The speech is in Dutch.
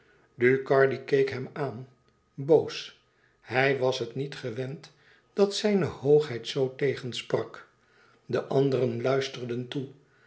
ducardi keek hem aan boos hij was het niet gewend dat zijne hoogheid zoo tegensprak de anderen luisterden toe